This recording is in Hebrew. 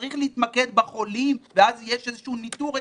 צריך להתמקד בחולים ואז יש איזשהו ניטור הגיוני.